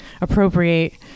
appropriate